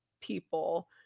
people